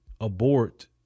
abort